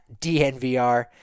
DNVR